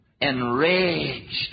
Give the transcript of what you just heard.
enraged